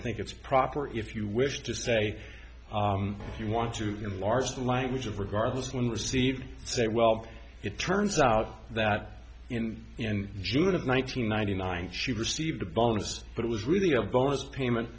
think it's proper if you wish to say if you want to enlarge the language of regardless of when received say well it turns out that in in june of one nine hundred ninety nine she received a bonus but it was really a bonus payment